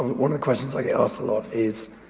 one of the questions i get asked a lot is,